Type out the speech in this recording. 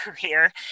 career